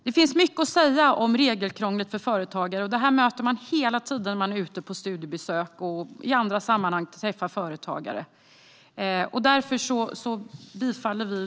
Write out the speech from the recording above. Det finns mycket att säga om regelkrånglet för företagare, och detta möter man hela tiden när man är ute på studiebesök och när man i andra sammanhang träffar företagare.